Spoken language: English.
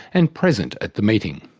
and present at the meeting.